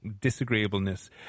disagreeableness